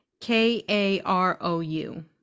K-A-R-O-U